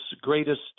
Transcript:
greatest